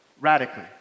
Radically